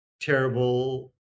terrible